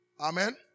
Amen